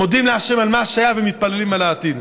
מודים להשם על מה שהיה ומתפללים על העתיד.